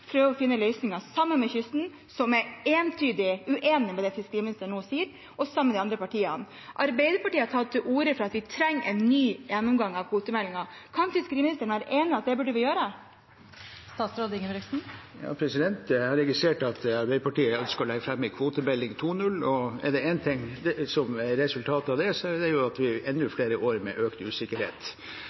å prøve å finne løsninger sammen med kysten, som er entydig uenig i det fiskeriministeren nå sier. Arbeiderpartiet har tatt til orde for at vi trenger en ny gjennomgang av kvotemeldingen. Kan fiskeriministeren være enig i at det burde vi gjøre? Jeg har registrert at Arbeiderpartiet ønsker å legge fram en kvotemelding 2.0. Resultatet av det blir enda flere år med økt usikkerhet, så det bør Arbeiderpartiet revurdere. Det som gjenstår å avklare for fiskerinæringen, er,